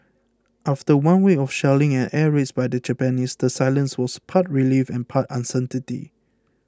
after one week of shelling and air raids by the Japanese the silence was part relief and part uncertainty